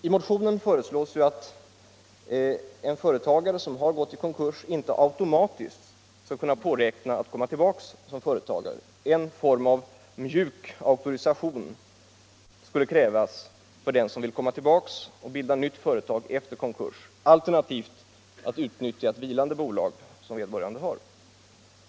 I motionen 435 föreslås att en företagare som har gått i konkurs inte automatiskt skall kunna påräkna att komma tillbaka som företagare. En form av mjuk auktorisation skulle krävas för den som vill komma tillbaka och bilda nytt företag efter konkurs — alternativt utnyttja ett vilande bolag som vederbörande har.